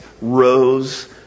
rose